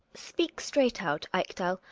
speak straight out, ekdal.